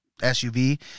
SUV